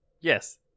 Yes